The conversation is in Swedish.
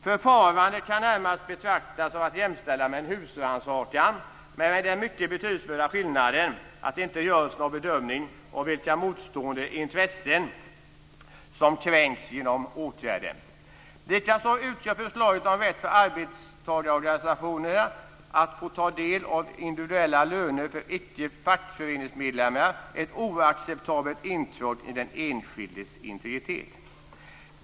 Förfarandet kan närmast jämställas med en husrannsakan, men med den mycket betydelsefulla skillnaden att det inte görs någon bedömning av vilka motstående intressen som kränks genom åtgärden. Likaså utgör förslaget om rätt för arbetstagarorganisationerna att få ta del av individuella löner för icke fackföreningsmedlemmar ett oacceptabelt intrång i den enskildes integritet.